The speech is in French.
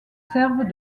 servent